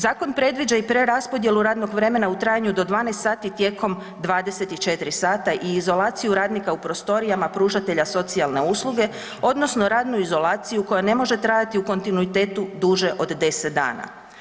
Zakon predviđa i preraspodjelu radnog vremena u trajanju do 12 sati tijekom 24 sata i izolaciju radnika u prostorijama pružatelja socijalne usluge odnosno radnu izolaciju koja ne može trajati u kontinuitetu duže od 10 dana.